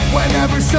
Whenever